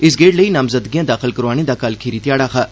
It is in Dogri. इस गेड़ लेई नामजदगियां दाखल करोआने दा कल अखीरी घ्याड़ा हा